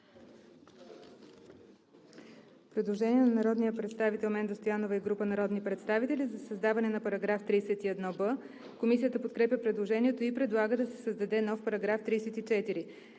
Предложение на народния представител Менда Стоянова и група народни представители за създаване на § 31а. Комисията подкрепя предложението и предлага да се създаде нов § 33: „§ 33.